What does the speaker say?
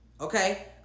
okay